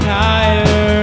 higher